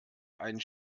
einen